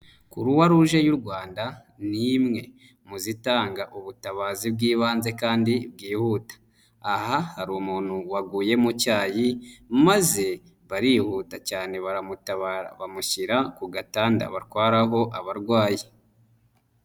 Croix Rouge y'u Rwanda ni imwe mu zitanga ubutabazi bw'ibanze kandi bwihuta, aha hari umuntu waguye mu cyayi maze barihuta cyane baramura bamushyira ku gatanda batwaraho abarwayi.